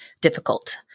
difficult